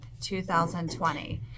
2020